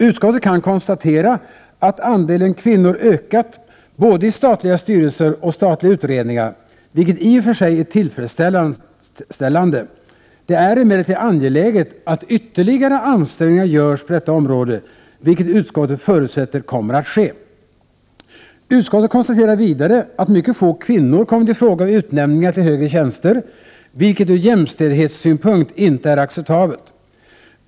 Utskottet kan konstatera att andelen kvinnor ökat både i statliga styrelser och statliga utredningar, vilket i och för sig är tillfredsställande. Det är emellertid angeläget att ytterligare ansträngningar görs på detta område, vilket utskottet förutsätter kommer att ske. Utskottet konstaterar vidare att mycket få kvinnor kommit i fråga vid utnämningar till högre tjänster, vilket ur jämställdhetssynpunkt inte är acceptabelt.